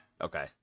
Okay